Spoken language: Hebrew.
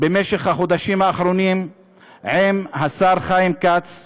בחודשים האחרונים עם השר חיים כץ,